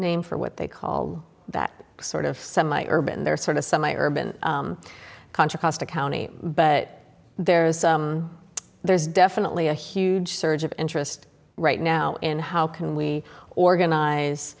name for what they call that sort of semi urban they're sort of semi urban contra costa county but there's there's definitely a huge surge of interest right now in how can we organize